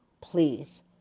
please